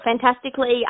fantastically